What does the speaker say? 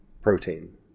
Protein